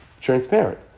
transparent